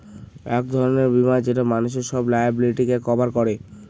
এক ধরনের বীমা যেটা মানুষের সব লায়াবিলিটিকে কভার করে